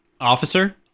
Officer